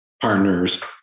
partners